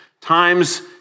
times